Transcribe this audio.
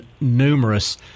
numerous